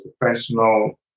professional